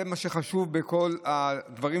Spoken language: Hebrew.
זה מה שחשוב בכל הדברים,